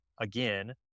again